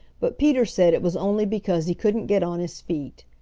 but peter said it was only because he couldn't get on his feet.